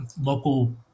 local